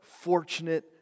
fortunate